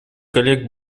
коллег